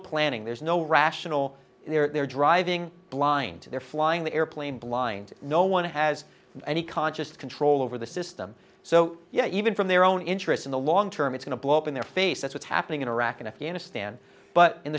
planning there's no rational they're driving blind they're flying the airplane blind no one has any conscious control over the system so yeah even from their own interests in the long term it's in a blow up in their face that's what's happening in iraq and afghanistan but in